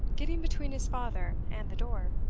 getting between his father and the door.